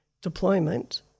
deployment